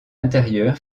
intérieur